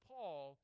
Paul